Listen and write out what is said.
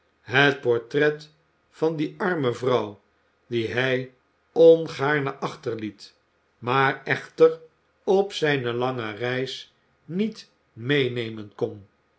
het portret van die arme vrouw die hij ongaarne achterliet maar echter op zijne lange reis niet meenemen kon